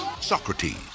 Socrates